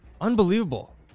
unbelievable